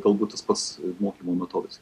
galbūt tas pats mokymo metodas